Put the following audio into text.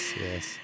yes